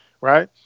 right